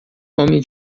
homem